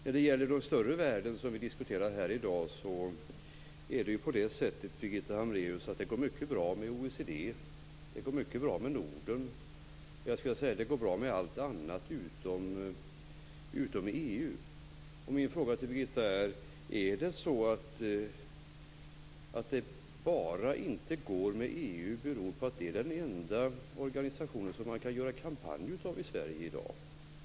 När det gäller den större världen som vi diskuterar här i dag är det tydligen så, Birgitta Hambraeus, att det går mycket bra med OECD och det går mycket bra med Norden. Ja, det går bra med allting utom med EU. Min fråga till Birgitta är: Beror detta på att EU är den enda organisation som man kan göra kampanj av i Sverige i dag?